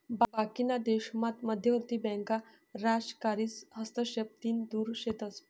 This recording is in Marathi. बाकीना देशामात मध्यवर्ती बँका राजकारीस हस्तक्षेपतीन दुर शेतस